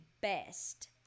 best